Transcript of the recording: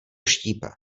štípe